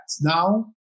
now